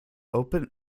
open